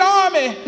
army